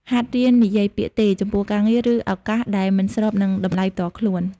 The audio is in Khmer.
ហាត់រៀននិយាយពាក្យ "ទេ" ចំពោះការងារ ឬឱកាសដែលមិនស្របនឹងតម្លៃផ្ទាល់ខ្លួន។